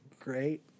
great